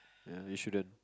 ya you shouldn't